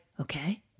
okay